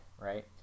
right